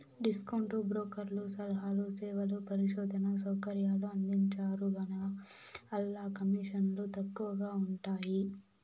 discount బ్రోకర్లు సలహాలు, సేవలు, పరిశోధనా సౌకర్యాలు అందించరుగాన, ఆల్ల కమీసన్లు తక్కవగా ఉంటయ్యి